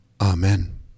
Amen